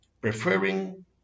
preferring